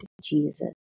Jesus